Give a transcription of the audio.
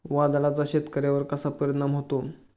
वादळाचा शेतकऱ्यांवर कसा परिणाम होतो?